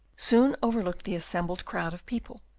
soon overlooked the assembled crowd of people,